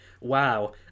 wow